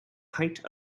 height